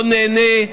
לא נהנה,